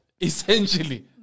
essentially